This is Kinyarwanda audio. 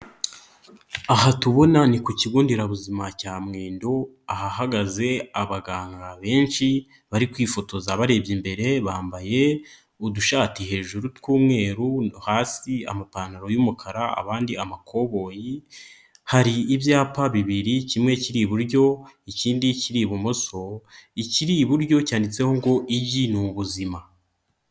Aha tubona ni ku kigo nderabuzima cya Mwendo. Ahahagaze abaganga benshi bari kwifotoza barebye imbere, bambaye udushati hejuru tw'umweru no hasi amapantaro y'umukara abandi amakoboyi. Hari ibyapa bibiri: kimwe kiri iburyo ikindi kiri ibumoso, ikiri iburyo cyanditseho ngo igi ni ubuzima.